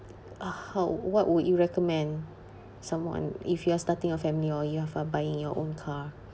ah how what would you recommend someone if you are starting a family or if you are buying your own car